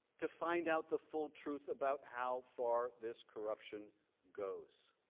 to find out the full truth about how far this corruption goes.